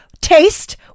Taste